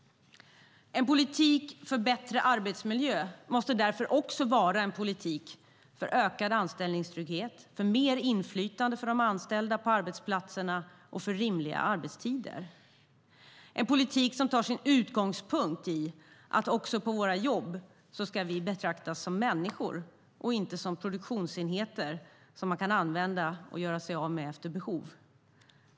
En politik för bättre arbetsmiljö måste därför också vara en politik för ökad anställningstrygghet, för mer inflytande för de anställda på arbetsplatserna och för rimliga arbetstider. Det måste vara en politik som tar sin utgångspunkt i att vi också på våra jobb ska betraktas som människor och inte som produktionsenheter som man kan använda och göra sig av med efter behov.